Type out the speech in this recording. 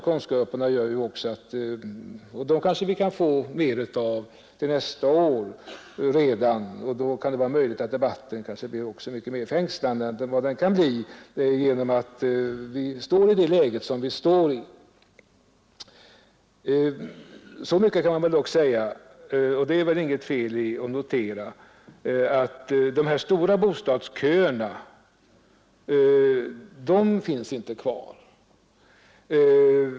Kanske vi kan få mer av dem redan till nästa år, och då är det möjligt att debatten blir mycket mer fängslande än vad den kan bli när vi står i det läge som vi står i. Så mycket kan man dock säga — och det är väl inget fel i att notera det — som att de långa bostadsköerna inte finns kvar.